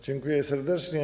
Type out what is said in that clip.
Dziękuję serdecznie.